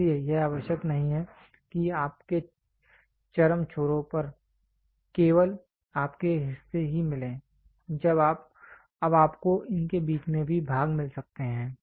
इसलिए यह आवश्यक नहीं है कि आपके चरम छोरो पर केवल आपके हिस्से ही मिलें अब आपको इनके बीच में भी भाग मिल सकते हैं